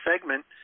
segment